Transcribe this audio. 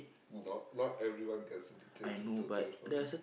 not not everyone gets addicted to to to have money